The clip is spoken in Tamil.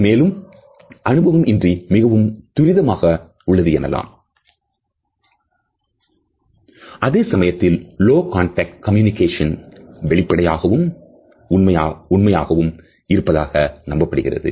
இது மேலும் அனுபவம் இன்றி மிகவும் துரிதமாக உள்ளது எனலாம் அதே சமயத்தில் லோ கான்டெக்ட் கம்யூனிகேஷன் வெளிப்படையாகவும் உண்மையானதாகவும் இருப்பதாக நம்பப்படுகிறது